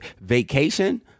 vacation